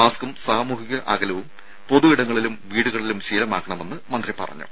മാസ്ക്കും സാമൂഹിക അകലവും പൊതു ഇടങ്ങളിലും വീടുകളിലും ശീലമാക്കണമെന്നും മന്ത്രി പറഞ്ഞു